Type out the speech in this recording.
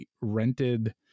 rented